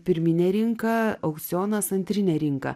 pirminė rinka aukcionas antrinė rinka